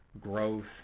growth